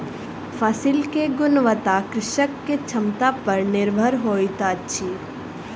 फसिल के गुणवत्ता कृषक के क्षमता पर निर्भर होइत अछि